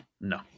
no